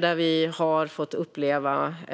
På ett dramatiskt sätt har vi upplevt